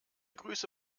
grüße